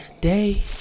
Day